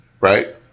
right